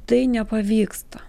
tai nepavyksta